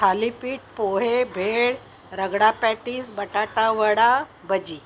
thalipeeth pohe bhel ragda patties batata vada भजी